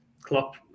Klopp